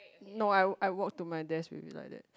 no I I walk to my deak will be like that